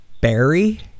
Barry